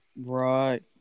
Right